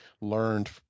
learned